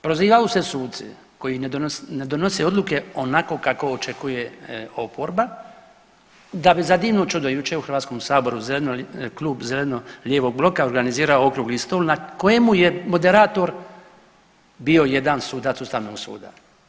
Prozivaju se suci koji ne donose odluke onako kako očekuje oporba, da bi za divno čudo jučer u Hrvatskom saboru klub Zeleno-lijevog bloka organizirao okrugli stol na kojemu je moderator bio jedan sudac Ustavnog suda.